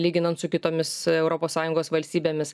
lyginant su kitomis europos sąjungos valstybėmis